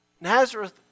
Nazareth